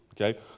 Okay